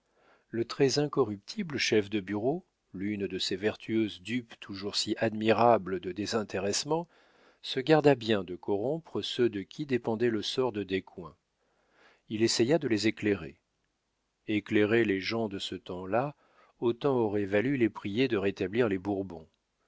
le très incorruptible chef de bureau l'une de ces vertueuses dupes toujours si admirables de désintéressement se garda bien de corrompre ceux de qui dépendait le sort de descoings il essaya de les éclairer éclairer les gens de ce temps-là autant aurait valu les prier de rétablir les bourbons